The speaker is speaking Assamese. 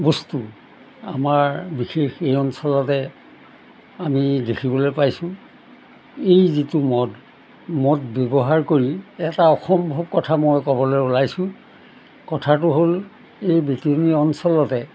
বস্তু আমাৰ বিশেষ এই অঞ্চলতে আমি দেখিবলৈ পাইছোঁ এই যিটো মদ মদ ব্যৱহাৰ কৰি এটা অসম্ভৱ কথা মই ক'বলৈ ওলাইছোঁ কথাটো হ'ল এই বিতেনী অঞ্চলতে